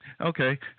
Okay